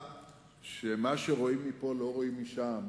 שמה שרואים מפה לא רואים משם,